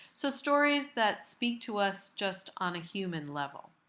so stories that speak to us just on a human level.